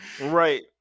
Right